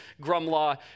Grumlaw